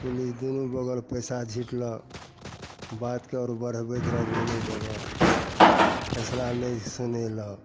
police दुनू बगल पइसा झिटलक बातके आओर बढ़बैत रहल दुनू बगल फैसला नहि सुनेलक